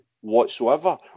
whatsoever